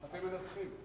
אתם מנצחים.